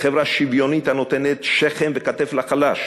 לחברה שוויונית הנותנת שכם וכתף לחלש